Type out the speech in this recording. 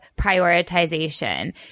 prioritization